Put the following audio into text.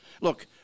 look